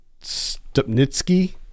Stupnitsky